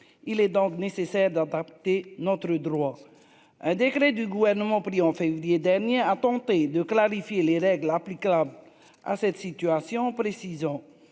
il est donc nécessaire d'adapter notre droit, un décret du gouvernement pris en février dernier a tenté de clarifier les règles applicables à cette situation, précisons